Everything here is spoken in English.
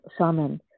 shaman